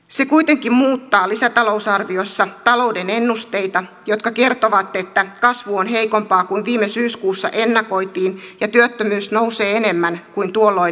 se kuitenkin muuttaa lisätalousarviossa talouden ennusteita jotka kertovat että kasvu on heikompaa kuin viime syyskuussa ennakoitiin ja työttömyys nousee enemmän kuin tuolloin ennakoitiin